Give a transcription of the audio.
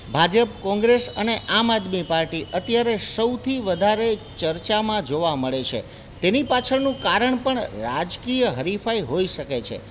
ભાજપ કોંગ્રેસ અને આમ આદમી પાર્ટી અત્યારે સૌથી વધારે ચર્ચામાં જોવા મળે છે તેની પાછળનું કારણ પણ રાજકીય હરીફાઈ હોઈ શકે છે